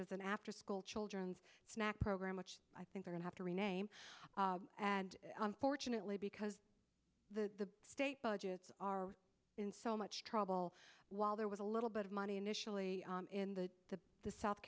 is an afterschool children's snack program which i think they are and have to rename and unfortunately because the state budgets are in so much trouble while there was a little bit of money initially in the to the south